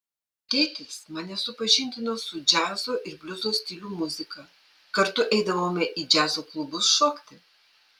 tėtis mane supažindino su džiazo ir bliuzo stilių muzika kartu eidavome į džiazo klubus šokti